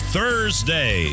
Thursday